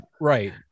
Right